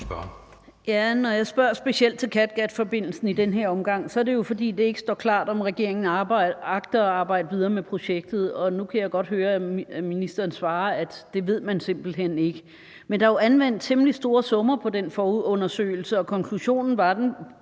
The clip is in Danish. Når jeg spørger specielt til Kattegatforbindelsen i den her omgang, er det jo, fordi det ikke står klart, om regeringen agter at arbejde videre med projektet. Nu kan jeg godt høre, at ministeren svarer, at det ved man simpelt hen ikke. Men der er jo anvendt temmelig store summer på den forundersøgelse, og konklusionen på den